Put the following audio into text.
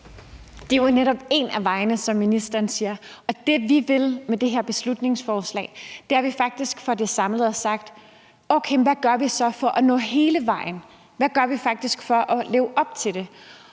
Det er jo netop en af vejene, som ministeren siger. Og det, vi vil med det her beslutningsforslag, er, at vi faktisk får det samlet og sagt: Okay, hvad gør vi så for at nå hele vejen? Hvad gør vi faktisk for at leve op til det?